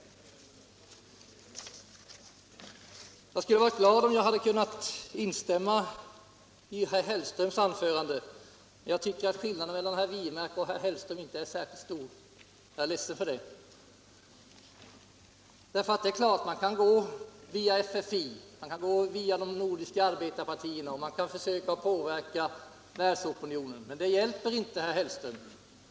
Jag skulle ha varit glad om jag hade kunnat instämma i herr Hellströms anförande, men jag tycker att skillnaden mellan herr Wirmark och herr Hellström inte är särskilt stor, och jag är ledsen för det. Det är klart att man kan gå via FFI och de nordiska arbetarpartierna och att man kan försöka påverka världsopinionen, men det hjälper inte, herr Hellström.